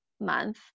month